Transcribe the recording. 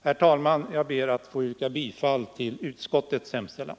Herr talman! Jag ber att få yrka bifall till utskottets hemställan.